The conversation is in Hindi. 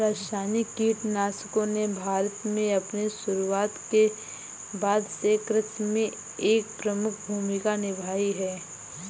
रासायनिक कीटनाशकों ने भारत में अपनी शुरूआत के बाद से कृषि में एक प्रमुख भूमिका निभाई हैं